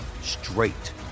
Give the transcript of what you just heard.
straight